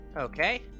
Okay